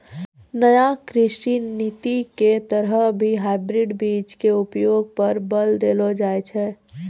नया कृषि नीति के तहत भी हाइब्रिड बीज के उपयोग पर बल देलो जाय छै